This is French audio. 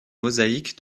mosaïque